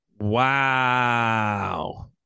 Wow